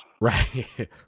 right